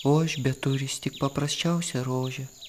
o aš beturįs tik paprasčiausią rožę